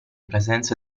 presenza